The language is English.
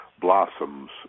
blossoms